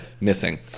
Missing